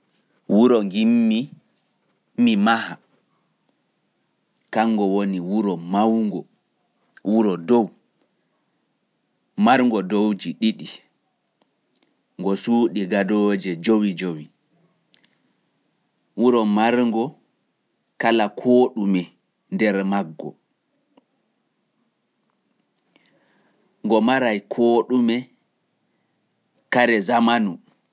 Wuro mi yiɗi mi maha kango woni wuro dow ngo dow ɗiɗi.ngo suuɗi gadooje kanji jowi. Wuro marngo kala ko ɗumeto nder.